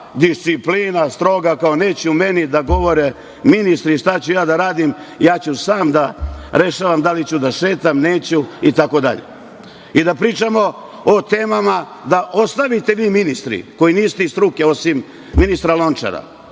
disciplina stroga, kao - neće meni da govore ministri da govore šta ću ja da radim, ja ću sam da rešavam da li ću da šetam, neću i tako dalje.I da pričamo o temama da ostavite vi ministri koji niste iz struke, osim ministra Lončara,